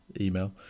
email